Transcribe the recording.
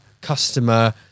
customer